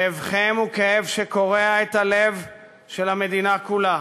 כאבכם הוא כאב שקורע את הלב של המדינה כולה.